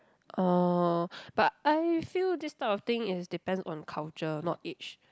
oh but I feel this type of thing is depend on culture not age